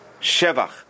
Shevach